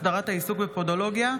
הסדרת העיסוק בפודולוגיה),